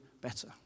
better